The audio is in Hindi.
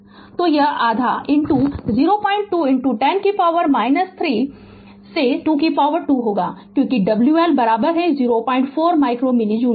Refer Slide Time 2657 तो यह आधा 02 10 की पॉवर 3 से 2 2 होगा इसलिए WL 04 माइक्रो मिली जूल